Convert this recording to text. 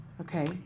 Okay